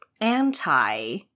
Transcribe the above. anti